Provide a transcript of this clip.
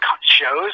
shows